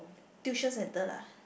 tuition center lah